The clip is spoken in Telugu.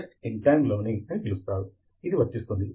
మరియు చివరకు సానుకూల వైఖరి మరియు శాస్త్రీయ పద్ధతిపై విశ్వాసం అవసరం